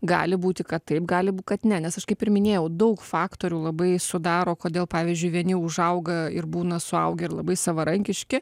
gali būti kad taip gali būt kad ne nes aš kaip ir minėjau daug faktorių labai sudaro kodėl pavyzdžiui vieni užauga ir būna suaugę ir labai savarankiški